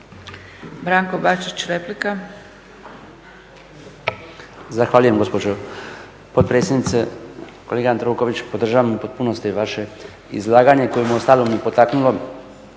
Branko Bačić, replika.